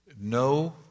No